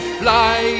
fly